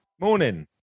Morning